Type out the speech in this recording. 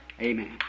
Amen